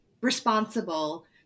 responsible